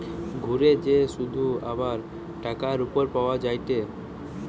ঘুরে যে শুধ আবার টাকার উপর পাওয়া যায়টে